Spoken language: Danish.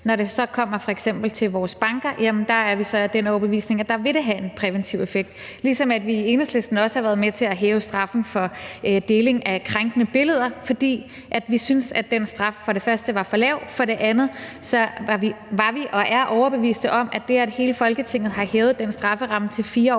Når det så f.eks. kommer til vores banker, er vi af den overbevisning, at der vil det have en præventiv effekt. På samme måde har vi i Enhedslisten også været med til at hæve straffen for deling af krænkende billeder, for det første fordi vi syntes, at den straf var for lav, og for det andet var og er vi overbevist om, at det, at hele Folketinget har hævet den strafferamme til 4 år,